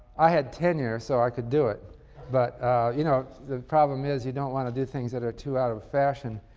i had tenure so i could do it but you know the problem is, you don't want to do things that are too out of fashion.